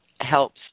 helps